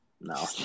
No